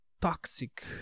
toxic